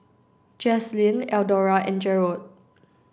Jazlene Eldora and Jerold